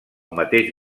mateix